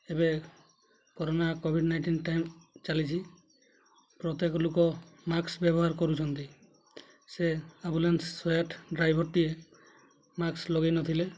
ଏବେ corona covid nineteen time ଚାଲିଛି ପ୍ରତ୍ୟେକ ଲୋକ ମାସ୍କ୍ ବ୍ୟବହାର କରୁଛନ୍ତି ସେ ଆମ୍ବୁଲାନ୍ସ୍ ଶହେ ଆଠ ଡ୍ରାଇଭରଟିଏ ମାସ୍କ୍ ଲଗାଇନଥିଲେ